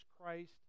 Christ